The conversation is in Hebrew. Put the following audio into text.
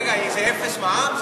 רגע, זה אפס מע"מ?